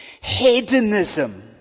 hedonism